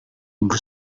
ibu